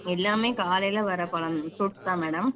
எல்லாமே காலையில் வர பழம் ஃப்ரூட்ஸ் தான் மேடம்